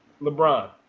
LeBron